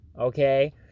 okay